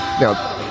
Now